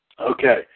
Okay